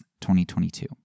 2022